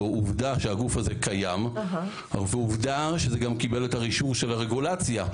ועובדה שהגוף הזה קיים ועובדה שזה גם קיבל את האישור של הרגולציה.